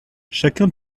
chacun